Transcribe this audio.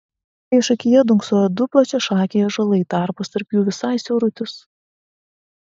priešakyje dunksojo du plačiašakiai ąžuolai tarpas tarp jų visai siaurutis